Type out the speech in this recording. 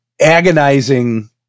agonizing